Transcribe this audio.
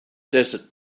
desert